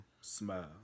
Smile